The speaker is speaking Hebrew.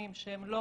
מסוימים שהם לא